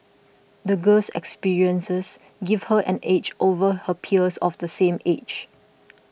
the girl's experiences gave her an edge over her peers of the same age